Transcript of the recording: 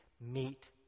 meet